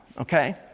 okay